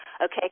Okay